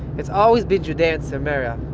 it's always been judea and samaria.